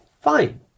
fine